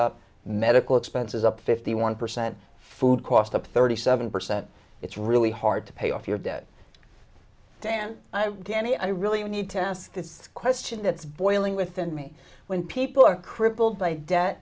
up medical expenses up fifty one percent food cost up thirty seven percent it's really hard to pay off your debt dan danny i really need to ask this question that's boiling within me when people are crippled by debt